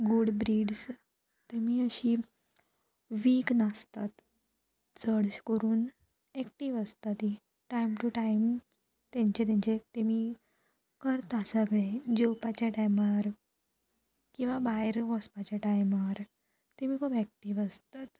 good breeds तेमी अशी weak नासतात चड करून एक्टीव आसता ती टायम टू टायम तेंचे तेंचे तेमी करता सगळें जेवपाच्या टायमार किंवां भायर वचपाचे टायमार तेमी खूब एक्टीव आसतात